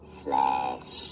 slash